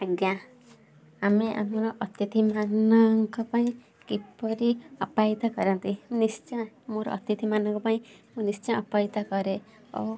ଆଜ୍ଞା ଆମେ ଆମର ଅତିଥି ମାନଙ୍କ ପାଇଁ କିପରି ଆପ୍ୟାୟିତ କରନ୍ତି ନିଶ୍ଚୟ ମୋର ଅତିଥି ମାନଙ୍କ ପାଇଁ ମୁଁ ନିଶ୍ଚୟ ଆପ୍ୟାୟିତ କରେ ଓ